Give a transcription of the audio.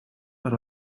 are